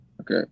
okay